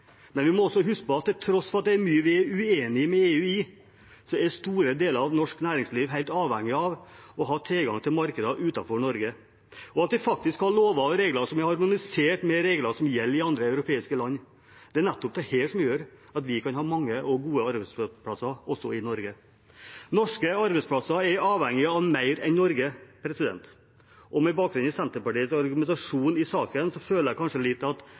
men vi må huske at til tross for at det er mye vi er uenig med EU i, er store deler av norsk næringsliv helt avhengige av å ha tilgang til markeder utenfor Norge, og vi har faktisk lover og regler som vi har harmonisert med regler som gjelder i andre europeiske land. Det er nettopp dette som gjør at vi kan ha mange og gode arbeidsplasser også i Norge. Norske arbeidsplasser er avhengige av mer enn Norge, og med bakgrunn i Senterpartiets argumentasjon i saken føler jeg kanskje at